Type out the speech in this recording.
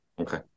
Okay